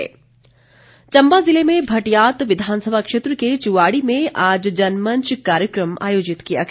जनमंच चम्बा जिले में भटियात विधानसभा क्षेत्र के चुवाड़ी में आज जनमंच कार्यक्रम आयोजित किया गया